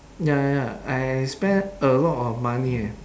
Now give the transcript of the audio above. ya ya I spend a lot of money eh